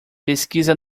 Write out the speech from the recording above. pesquisa